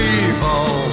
evil